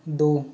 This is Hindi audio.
दो